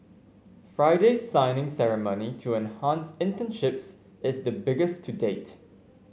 Friday's signing ceremony to enhance internships is the biggest to date